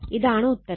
ഇതാണ് ഉത്തരം